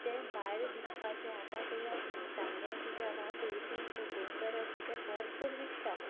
तें भायर विकपाचें आतां पळयलां तुमी सांग्या कितें जालां तवशीं क्युकंबर आसा ते भरपूर विकतात